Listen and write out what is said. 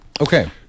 Okay